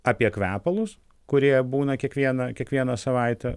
apie kvepalus kurie būna kiekvieną kiekvieną savaitę